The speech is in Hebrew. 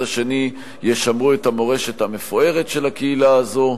השני ישמרו את המורשת המפוארת של הקהילה הזו.